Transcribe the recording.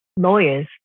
lawyers